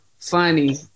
funny